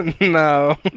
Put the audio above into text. No